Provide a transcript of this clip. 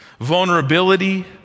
vulnerability